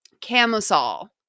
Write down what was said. camisole